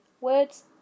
Words